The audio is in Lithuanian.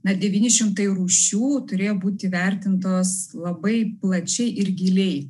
na devyni šimtai rūšių turėjo būt įvertintos labai plačiai ir giliai